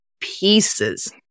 pieces